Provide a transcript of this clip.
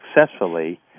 successfully